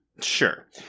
Sure